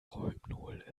rohypnol